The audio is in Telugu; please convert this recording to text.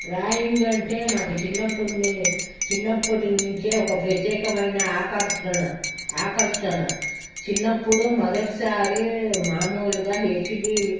డ్రాయింగ్ అంటే నాకు చిన్నప్పటిని చిన్నప్పటి నుంచే ఒక ప్రత్యేకమైన ఆకర్షణ ఆకర్షణ చిన్నప్పుడు మొదటిసారి మామూలుగా హెచ్ బీ